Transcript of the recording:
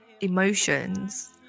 emotions